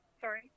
Sorry